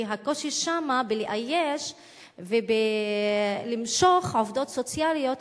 כי הקושי שם בלאייש ובלמשוך עובדות סוציאליות,